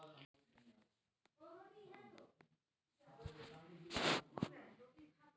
राहुल बताले जवाहर लाल नेहरूर राष्ट्रीय शहरी नवीकरण योजनार बारे बतवार बाद वाक उपरोत लेख लिखले